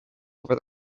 over